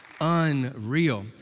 Unreal